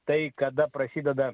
tai kada prasideda